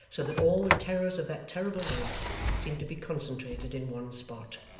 so that all the terrors of that terrible night seemed to be concentrated in one spot.